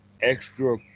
extra